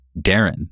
Darren